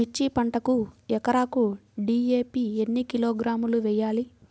మిర్చి పంటకు ఎకరాకు డీ.ఏ.పీ ఎన్ని కిలోగ్రాములు వేయాలి?